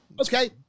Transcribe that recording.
Okay